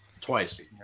twice